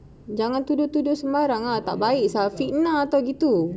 jangan tuduh-tuduh sembarang tak baik tu fitnah